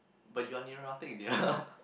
but you're neurotic dear